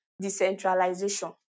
decentralization